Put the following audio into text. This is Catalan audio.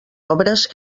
obres